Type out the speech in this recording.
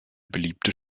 beliebte